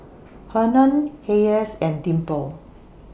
Hernan Hayes and Dimple